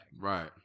Right